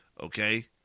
Okay